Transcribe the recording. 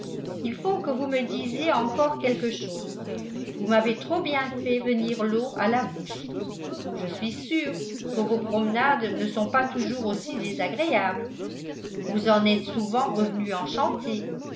il faut que vous me disiez encore quelque chose vous m'avez trop bien fait venir l'eau à la bouche je suis sûre que vos promenades ne sont pas toujours aussi désagréables vous en êtes souvent revenue